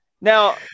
Now